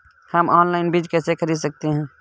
हम ऑनलाइन बीज कैसे खरीद सकते हैं?